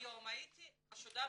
היום הייתה חשודה בהתבוללות,